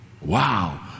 Wow